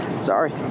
Sorry